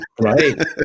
Right